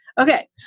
Okay